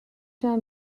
down